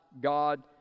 God